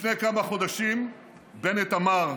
לפני כמה חודשים בנט אמר: